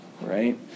right